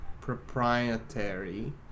proprietary